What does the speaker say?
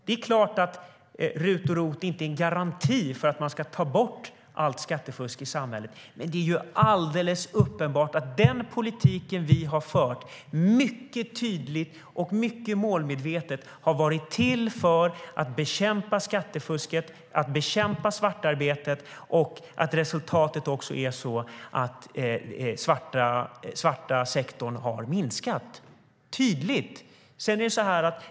Det är klart att RUT och ROT inte är någon garanti för att man ska ta bort allt skattefusk i samhället. Men det är alldeles uppenbart att den politik vi har fört mycket tydligt och mycket målmedvetet har varit till för att bekämpa skattefusket och svartarbetet. Resultatet är också att den svarta sektorn tydligt har minskat.